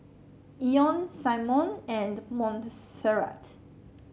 Ione Symone and Monserrat